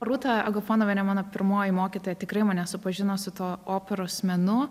rūta agafanovienė mano pirmoji mokytoja tikrai mane su pažino su tuo operos menu